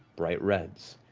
bright reds.